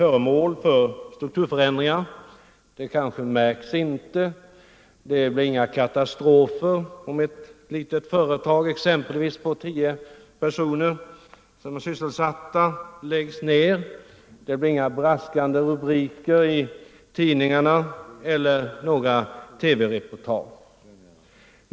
Det uppfattas inte som någon katastrof, om ett litet företag som sysselsätter exempelvis tio personer läggs ner —- det blir inga braskande rubriker i tidningarna eller några tv-reportage.